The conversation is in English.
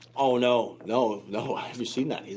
oh, no, no, no. have you seen that?